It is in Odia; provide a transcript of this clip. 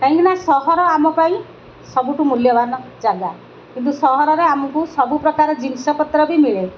କାହିଁକି ନା ସହର ଆମ ପାଇଁ ସବୁଠୁ ମୂଲ୍ୟବାନ ଜାଗା କିନ୍ତୁ ସହରରେ ଆମକୁ ସବୁପ୍ରକାର ଜିନିଷପତ୍ର ବି ମିଳେ